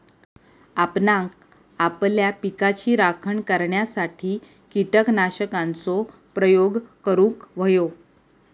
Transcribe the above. आपणांक आपल्या पिकाची राखण करण्यासाठी कीटकनाशकांचो प्रयोग करूंक व्हयो